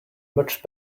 much